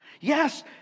Yes